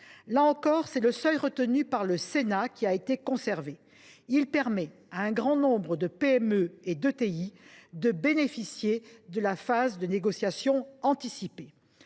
Là encore, c’est le seuil proposé par le Sénat qui a été conservé. Il permet à un grand nombre de PME et d’ETI de bénéficier de la phase de négociations anticipées.